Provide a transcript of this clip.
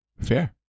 Fair